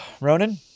Ronan